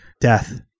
death